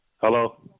Hello